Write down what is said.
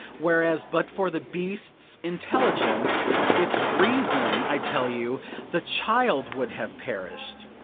whereas but for the beast's intelligence it's reason, i tell you the child would have perished!